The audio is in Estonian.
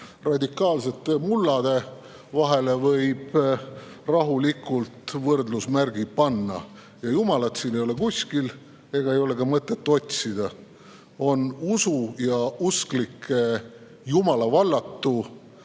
radikaalsete mullade vahele võib rahulikult võrdusmärgi panna. Jumalat siin ei ole kuskil ega ole ka mõtet teda otsida. On usu ja usklike jumalavallatu